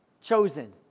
Chosen